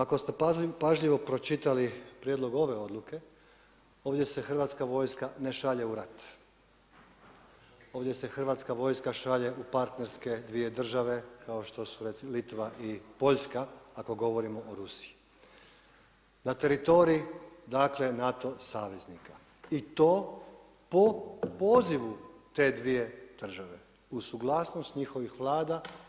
Ako ste pažljivo pročitali prijedlog ove odluke ovdje se Hrvatska vojska ne šalje u rat, ovdje se Hrvatska vojska šalje u partnerske dvije države, kao što su Litva i Poljska, ako govorimo o Rusiji, na teritorij, dakle NATO saveznika i to po pozivu te dvije države, uz suglasnost njihovih vlada